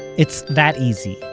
it's that easy,